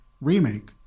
remake